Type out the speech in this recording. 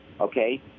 okay